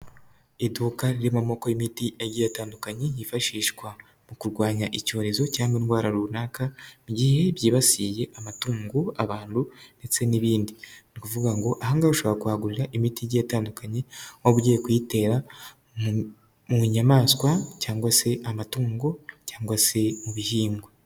Iduka ri'amamobokoko y'imitigiye atandukanye, yifashishwa mu kurwanya icyorezo cyangwa indwara runaka, mugihe byibasiye amatungo, abantu, ndetse n'ibindi. Ni ukuvuga ngo ahangaha ushobora kuhagurira imiti igiye itandukanye waba ugiye kuyitera mu nyamaswa cyangwa se amatungo, cyangwa se mu bihingwa.